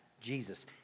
Jesus